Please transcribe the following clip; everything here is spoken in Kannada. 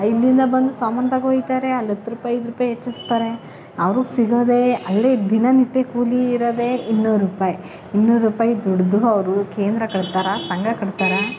ಇಲ್ಲಿಂದ ಬಂದು ಸಾಮಾನು ತಗೊ ಹೋಗ್ತಾರೆ ಅಲ್ಲಿ ಹತ್ತು ರೂಪಾಯಿ ಐದು ರೂಪಾಯಿ ಹೆಚ್ಚಿಸ್ತಾರೆ ಅವ್ರಿಗೆ ಸಿಗೋದೇ ಅಲ್ಲಿ ದಿನನಿತ್ಯ ಕೂಲಿ ಇರೋದೇ ಇನ್ನೂರು ರೂಪಾಯಿ ಇನ್ನೂರು ರೂಪಾಯಿ ದುಡಿದ್ರು ಅವರು ಕೇಂದ್ರ ಕಟ್ತಾರ ಸಂಘ ಕಟ್ತಾರ